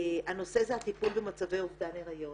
הנושא זה הטיפול במצבי אבדן היריון,